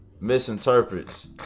misinterprets